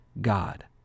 God